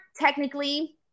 technically